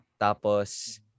Tapos